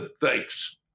Thanks